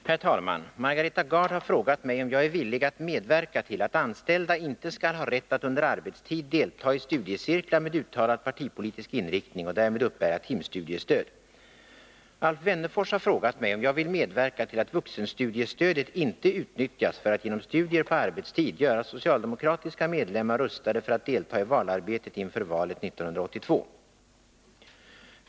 Herr talman! Margareta Gard har frågat mig om jag är villig att medverka till att anställda inte skall ha rätt att under arbetstid delta i studiecirklar med uttalad partipolitisk inriktning och därmed uppbära timstudiestöd. Alf Wennerfors har frågat mig om jag vill medverka till att vuxenstudiestödet inte utnyttjas för att genom studier på arbetstid göra socialdemokratiska medlemmar rustade för att delta i valarbetet inför valet 1982.